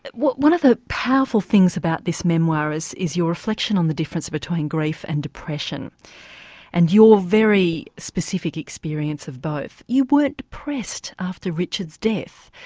one of the powerful things about this memoir is is your reflection on the difference between grief and depression and your very specific experience of both. you weren't depressed after richard's death,